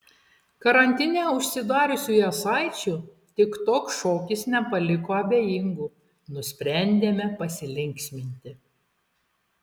karantine užsidariusių jasaičių tiktok šokis nepaliko abejingų nusprendėme pasilinksminti